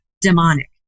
demonic